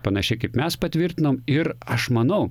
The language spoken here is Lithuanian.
panašiai kaip mes patvirtinom ir aš manau